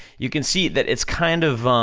you can see that it's kind of,